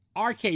RK